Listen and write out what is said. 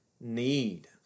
need